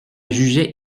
jugeait